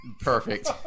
perfect